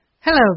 Hello